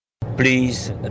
Please